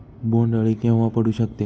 बोंड अळी केव्हा पडू शकते?